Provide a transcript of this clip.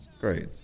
Great